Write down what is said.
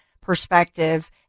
perspective